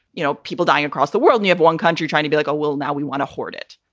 you know, people dying across the world. you have one country trying to be like, oh, well, now we want to hoard it